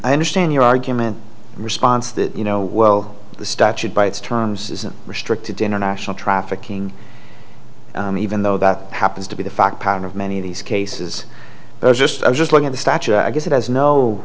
i understand your argument response that you know well the statute by its terms is a restricted international trafficking even though about happens to be the fact pattern of many of these cases are just i was just looking at the statute i guess it has no